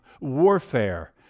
warfare